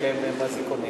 מעצרי-בית, שהם עם אזיקונים.